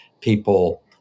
people